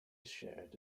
shared